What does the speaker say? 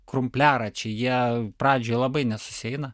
krumpliaračiai jie pradžioj labai nesusieina